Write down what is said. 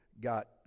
got